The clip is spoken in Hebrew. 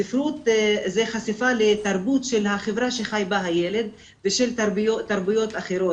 ספרות זה חשיפה לתרבות של החברה שחי בה הילד ושל תרבויות אחרות.